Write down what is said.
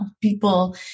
people